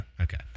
Okay